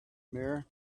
mirror